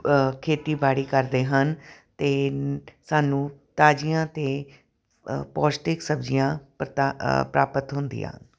ਖੇਤੀਬਾੜੀ ਕਰਦੇ ਹਨ ਅਤੇ ਸਾਨੂੰ ਤਾਜ਼ੀਆਂ ਅਤੇ ਪੋਸ਼ਟਿਕ ਸਬਜ਼ੀਆਂ ਪਰਤਾ ਪ੍ਰਾਪਤ ਹੁੰਦੀਆਂ